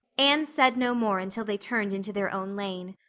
anne said no more until they turned into their own lane.